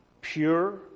pure